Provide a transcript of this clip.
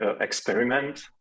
experiment